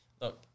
Look